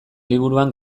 liburuan